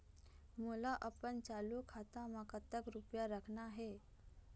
मोला अपन चालू खाता म कतक रूपया रखना हे?